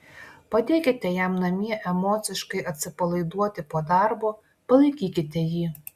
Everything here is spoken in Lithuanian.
padėkite jam namie emociškai atsipalaiduoti po darbo palaikykite jį